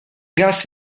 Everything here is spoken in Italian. gas